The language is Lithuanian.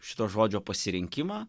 šito žodžio pasirinkimą